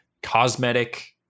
cosmetic